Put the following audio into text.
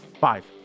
Five